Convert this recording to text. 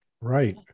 Right